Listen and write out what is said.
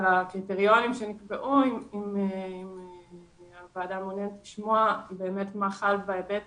הקריטריונים שנקבעו אם הוועדה מעוניינת לשמוע מה חל בהיבט